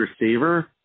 receiver